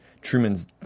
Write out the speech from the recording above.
Truman's